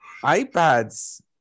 iPads